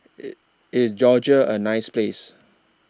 IS Georgia A nice Place